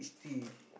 peach tea